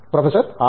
professor R